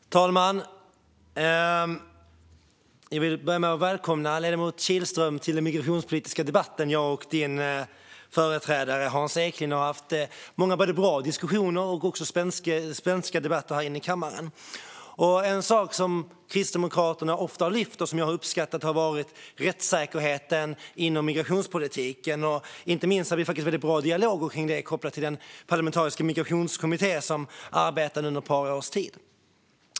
Herr talman! Jag vill börja med att välkomna ledamoten Kihlström till den migrationspolitiska debatten. Jag och ledamotens företrädare Hans Eklind hade många väldigt bra diskussioner och spänstiga debatter här inne i kammaren. En sak som Kristdemokraterna ofta har lyft fram, och som jag har uppskattat, har varit rättssäkerheten inom migrationspolitiken. Vi har haft en väldigt bra dialog om det kopplat till den parlamentariska migrationskommitté som arbetade under ett par års tid.